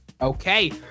Okay